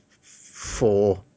four